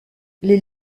les